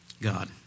God